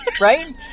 right